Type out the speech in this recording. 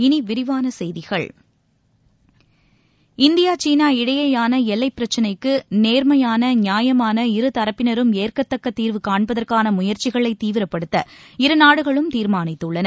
இனி விரிவான செய்திகள் இந்தியா சீனா இடையேயான எல்லைப் பிரக்னைக்கு நேர்மையான நியாயமான இருதரப்பினரும் ஏற்கத்தக்க தீர்வு காண்பதற்கான முயற்சிகளை தீவிரப்படுத்த இருநாடுகளும் தீர்மானித்துள்ளன